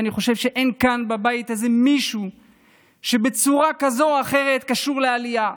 ואני חושב שאין כאן בבית הזה מישהו שבצורה כזאת או אחרת לא קשור לעלייה,